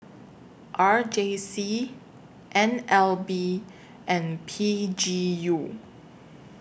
R J C N L B and P G U